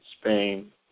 Spain